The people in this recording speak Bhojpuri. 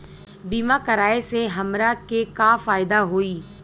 बीमा कराए से हमरा के का फायदा होई?